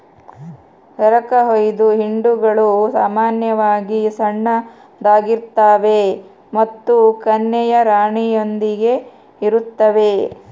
ಎರಕಹೊಯ್ದ ಹಿಂಡುಗಳು ಸಾಮಾನ್ಯವಾಗಿ ಸಣ್ಣದಾಗಿರ್ತವೆ ಮತ್ತು ಕನ್ಯೆಯ ರಾಣಿಯೊಂದಿಗೆ ಇರುತ್ತವೆ